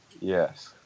yes